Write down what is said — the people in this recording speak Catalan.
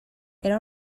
era